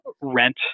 rent